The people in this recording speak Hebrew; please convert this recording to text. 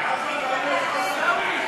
עיסאווי,